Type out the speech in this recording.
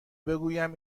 بگویم